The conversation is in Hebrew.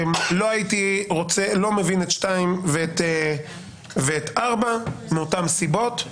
אני לא מבין את 2 ו-4 מאותן סיבות.